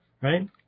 right